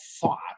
thought